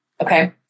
Okay